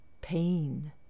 pain